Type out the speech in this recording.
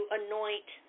anoint